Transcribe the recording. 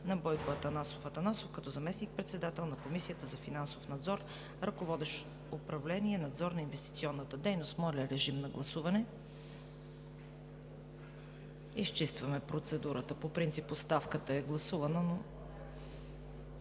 на Бойко Атанасов Атанасов като заместник-председател на Комисията за финансов надзор, ръководещ управление „Надзор на инвестиционната дейност“.“ Моля, режим на гласуване. Изчистваме процедурата. По принцип оставката е гласувана, но